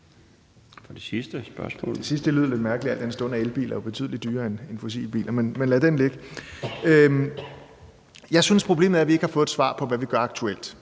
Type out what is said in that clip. Det sidste lød lidt mærkeligt, al den stund at elbiler jo er betydelig dyrere end fossile biler, men lad det ligge. Jeg synes, problemet er, at vi ikke har fået et svar på, hvad vi gør aktuelt.